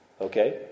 Okay